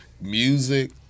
music